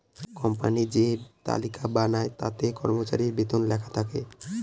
company যে তালিকা বানায় তাতে কর্মচারীর বেতন লেখা থাকে